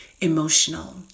emotional